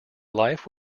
life